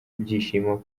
ibyishimo